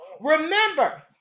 Remember